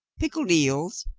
pickled eels,